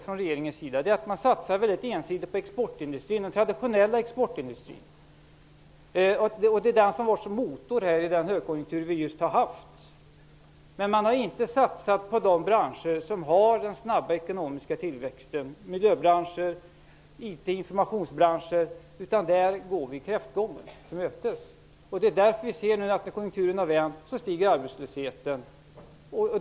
Regeringen satsar ensidigt på den traditionella exportindustrin, som har varit motor i den högkonjunktur vi just har haft. Men man har inte satsat på de branscher som har snabb ekonomisk tillväxt: miljöbranscher, IT, informationsbranscher. Där går vi kräftgång. Därför ser vi nu att konjunkturen har vänt och att arbetslösheten stiger.